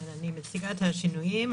אני מציגה את השינויים.